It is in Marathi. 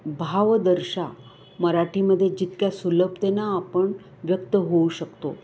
भाव दर्शा मराठीमध्ये जितक्या सुलभतेने आपण व्यक्त होऊ शकतो